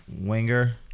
winger